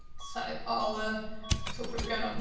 so i'll ah talk for what's going on.